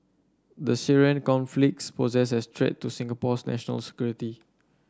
the Syrian conflict poses a threat to Singapore's national security